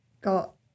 got